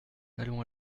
allons